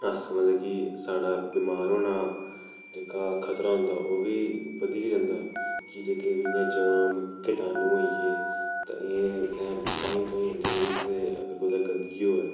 अस मतलब कि साढ़ा बमार होना जेह्का खतरा होंदा ओह् बी बधी गै जंदा कि जेह्के इ'यां जर्म किटाणू होई गे तां एह् असें ताहीं तुआंई होंदे ते अगर कुतै गंदगी होऐ